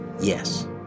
yes